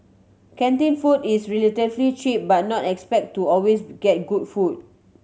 canteen food is relatively cheap but not expect to always get good food